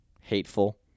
hateful